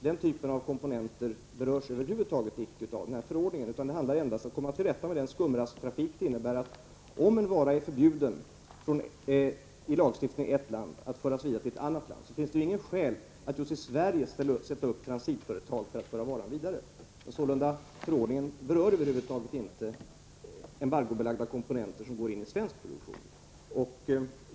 Den typen av komponenter berörs över huvud taget inte av förordningen. Det handlar endast om att komma till rätta med skumrasktrafiken. Om det är förbjudet i lagen i ett land att föra en vara vidare till ett annat land, finns det inget skäl att i Sverige sätta upp transitföretag för att föra varan vidare. Sålunda berör förordningen över huvud taget inte embargobelagda komponenter som går in i svensk produktion.